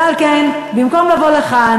ועל כן, במקום לבוא לכאן